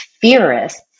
theorists